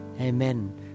Amen